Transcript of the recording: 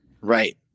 Right